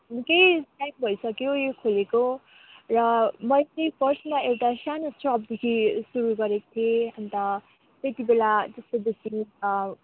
निकै टाइम भइसक्यो यो खोलेको र मैले चाहिँ पर्सनल एउटा सानो सपदेखि सुरु गरेको थिएँ अन्त त्यतिबेला त्यस्तो बेसी